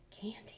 candy